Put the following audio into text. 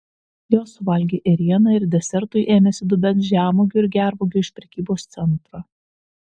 jos suvalgė ėrieną ir desertui ėmėsi dubens žemuogių ir gervuogių iš prekybos centro